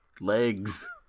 legs